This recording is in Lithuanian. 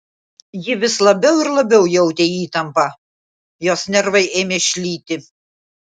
ji vis labiau ir labiau jautė įtampą jos nervai ėmė šlyti